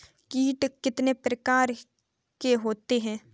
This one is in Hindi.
कीट कितने प्रकार के होते हैं?